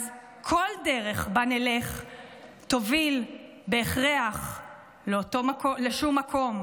אז כל דרך שבה נלך תוביל בהכרח לשום מקום,